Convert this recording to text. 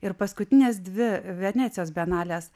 ir paskutinės dvi venecijos bienalės